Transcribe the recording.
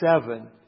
seven